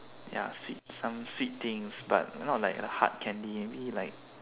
ya sweet some sweet things but not like the hard candy maybe like